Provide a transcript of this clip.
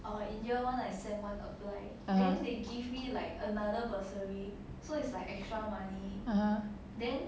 uh (uh huh)